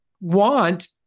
want